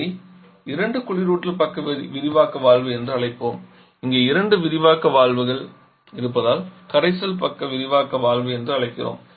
இதை இரண்டு குளிரூட்டல் பக்க விரிவாக்க வால்வு என்று அழைப்போம் இங்கே இரண்டு விரிவாக்க வால்வுகள் இருப்பதால் கரைசல் பக்க விரிவாக்க வால்வு என்று அழைக்கிறோம்